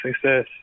success